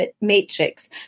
matrix